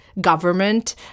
government